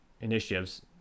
initiatives